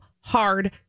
hard